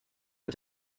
del